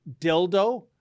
dildo